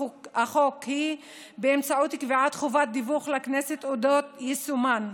החוק היא באמצעות קביעת חובת דיווח לכנסת על אודות יישומן.